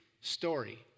story